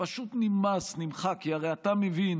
פשוט נמס, נמחק, כי הרי אתה מבין